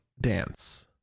Dance